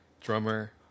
drummer